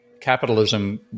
capitalism